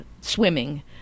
swimming